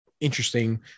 Interesting